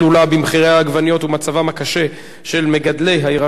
העגבניות ומצבם הקשה של מגדלי הירקות והפירות,